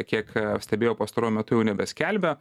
kiek stebėjau pastaruoju metu jau nebeskelbia